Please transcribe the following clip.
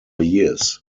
years